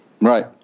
Right